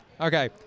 Okay